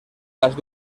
las